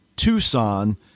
Tucson